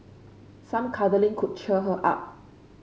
some cuddling could cheer her up